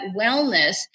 wellness